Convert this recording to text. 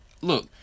look